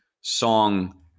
song